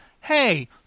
hey